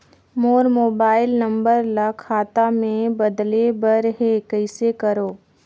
मोर mobile number ल खाता मे बदले बर हे कइसे करव?